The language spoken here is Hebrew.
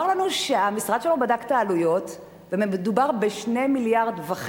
והוא אמר לנו שהמשרד שלו בדק את העלויות ומדובר ב-2.5 מיליארד.